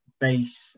base